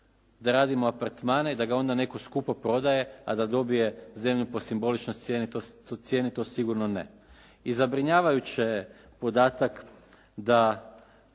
da radimo apartmane i onda da ga netko skupo prodaje, a da dobije zemlju po simboličnoj cijeni to sigurno ne. I zabrinjavajući je podatak da